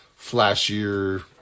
flashier